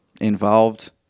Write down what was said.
involved